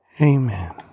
Amen